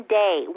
day